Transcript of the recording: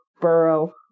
burrow